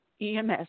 EMS